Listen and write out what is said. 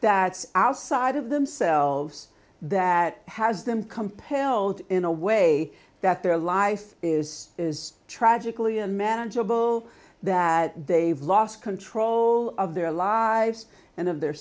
that outside of themselves that has them compelled in a way that their life is is tragically unmanageable that they've lost control of their lives and of their